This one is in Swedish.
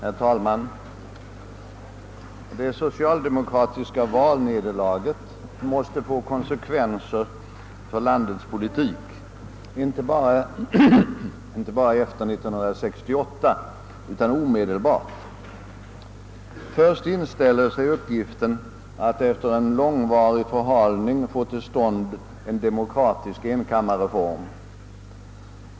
Herr talman! Det socialdemokratiska valnederlaget måste få konsekvenser för landets politik, inte bara efter 1968 utan omedelbart. Först inställer sig uppgiften att efter en långvarig förhalning få till stånd en demokratisk enkammarreform.